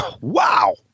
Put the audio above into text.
Wow